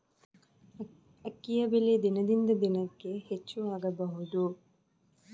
ಅಕ್ಕಿಯ ಬೆಲೆ ದಿನದಿಂದ ದಿನಕೆ ಹೆಚ್ಚು ಆಗಬಹುದು?